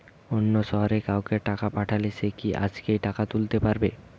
অন্য শহরের কাউকে টাকা পাঠালে সে কি আজকেই টাকা তুলতে পারবে?